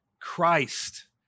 Christ